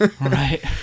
Right